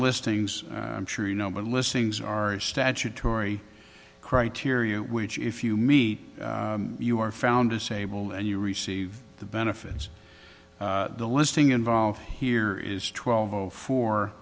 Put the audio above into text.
listings i'm sure you know the listings are a statutory criteria which if you meet you are found disabled and you receive the benefits the listing involved here is twelve o four